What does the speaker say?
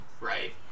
Right